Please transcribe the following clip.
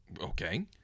Okay